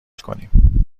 کنیم